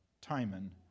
Timon